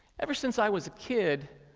ever since i was a kid,